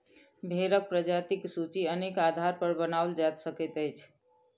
भेंड़क प्रजातिक सूची अनेक आधारपर बनाओल जा सकैत अछि